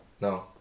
No